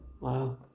Wow